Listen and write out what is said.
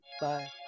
Bye